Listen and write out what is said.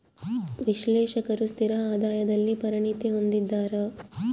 ವಿಶ್ಲೇಷಕರು ಸ್ಥಿರ ಆದಾಯದಲ್ಲಿ ಪರಿಣತಿ ಹೊಂದಿದ್ದಾರ